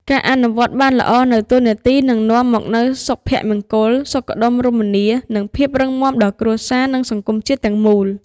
ការអនុវត្តន៍បានល្អនូវតួនាទី នឹងនាំមកនូវសុភមង្គល សុខដុមរមនា និងភាពរឹងមាំដល់គ្រួសារ និងសង្គមជាតិទាំងមូល។